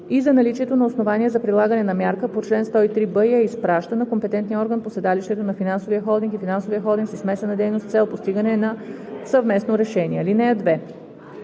и за наличието на основания за прилагане на мярка по чл. 103б, и я изпраща на компетентния орган по седалището на финансовия холдинг и финансовия холдинг със смесена дейност с цел постигане на съвместно решение. (2)